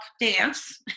dance